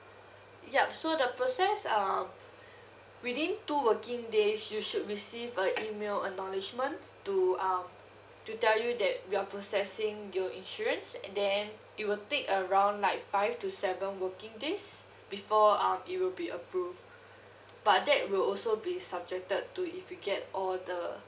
yup so the process um within two working days you should receive a email acknowledgement to um to tell you that we're processing your insurance and then it will take around like five to seven working days before um it will be approved but that will also be subjected to if you get all the